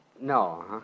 No